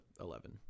Eleven